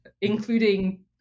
including